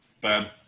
bad